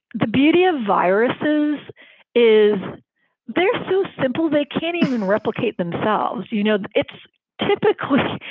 the beauty of viruses is they're so simple, they can't even replicate themselves. you know, it's typically.